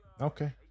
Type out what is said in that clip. Okay